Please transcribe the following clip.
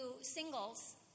singles